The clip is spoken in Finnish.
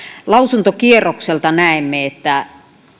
lausuntokierrokselta näemme että